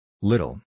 Little